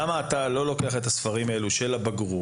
למה אתה לא לוקח את הספרים האלה של הבגרות